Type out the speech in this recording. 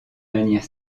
manière